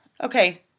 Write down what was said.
Okay